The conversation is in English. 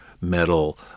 metal